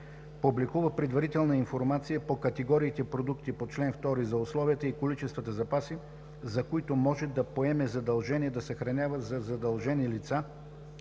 публикува предварителна информация по категориите продукти по чл. 2 за условията и количествата запаси, за които може да поеме задължение да съхранява за задължени лица,